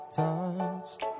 touched